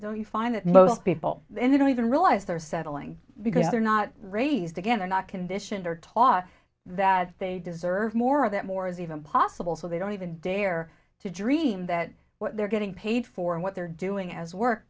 know you find that most people in a don't even realize they're settling because they're not raised again or not conditioned or taught that they deserve more of that more is even possible so they don't even dare to dream that what they're getting paid for and what they're doing as work